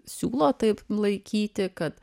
siūlo taip laikyti kad